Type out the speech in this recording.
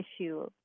issue